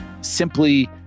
simply